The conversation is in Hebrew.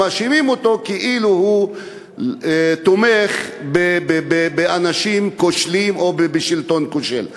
ומאשימים אותו כאילו הוא תומך באנשים כושלים או בשלטון כושל.